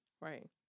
Right